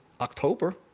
October